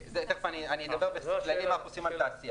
אני מדבר מה אנחנו עושים בתעשייה